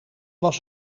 was